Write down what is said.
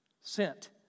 Sent